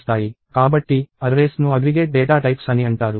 కాబట్టి అర్రేస్ ను aggregate data types అని అంటారు